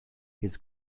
his